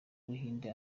buhinde